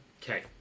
Okay